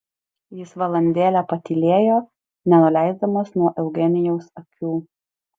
jis valandėlę patylėjo nenuleisdamas nuo eugenijaus akių